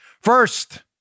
First